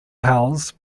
hulls